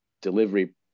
delivery